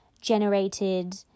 generated